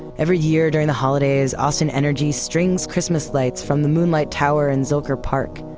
every year during the holidays austin energy strings christmas lights from the moonlight tower in zilker park,